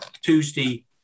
Tuesday